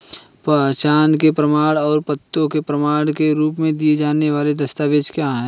पहचान के प्रमाण और पते के प्रमाण के रूप में दिए जाने वाले दस्तावेज क्या हैं?